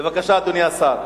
בבקשה, אדוני השר.